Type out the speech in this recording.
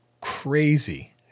crazy